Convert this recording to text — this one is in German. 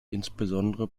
insbesondere